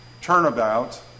turnabout